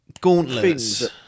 Gauntlets